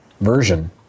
version